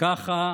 ככה